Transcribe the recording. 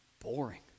boring